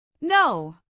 No